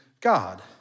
God